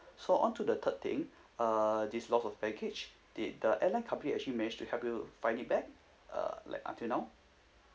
so on to the third thing uh this loss of baggage did the airline company actually manage to help you find it back uh like until now